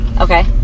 Okay